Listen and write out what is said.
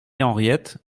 henriette